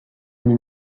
une